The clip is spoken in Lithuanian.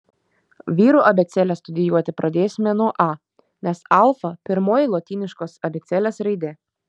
vyrų abėcėlę studijuoti pradėsime nuo a nes alfa pirmoji lotyniškos abėcėlės raidė